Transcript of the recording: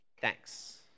thanks